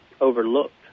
overlooked